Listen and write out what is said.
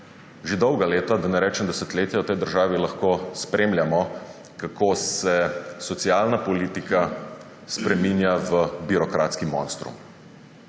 Že dolga leta, da ne rečem desetletja, v tej državi lahko spremljamo, kako se socialna politika spreminja v birokratski monstrum.